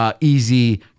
Easy